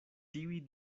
tiuj